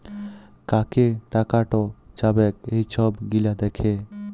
কাকে টাকাট যাবেক এই ছব গিলা দ্যাখা